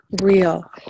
real